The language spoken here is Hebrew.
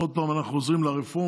עוד פעם אנחנו חוזרים לרפורמה.